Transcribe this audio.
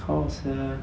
how sia